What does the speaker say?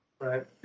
Right